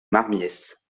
marmiesse